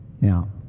Now